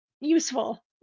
useful